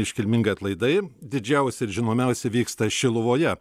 iškilmingi atlaidai didžiausi ir žinomiausi vyksta šiluvoje